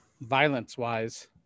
Violence-wise